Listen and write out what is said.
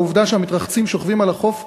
והעובדה שהמתרחצים שוכבים על החוף,